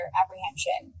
apprehension